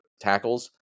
tackles